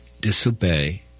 disobey